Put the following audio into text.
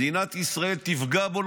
מדינת ישראל תפגע בו.